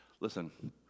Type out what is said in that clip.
Listen